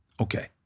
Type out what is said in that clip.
Okay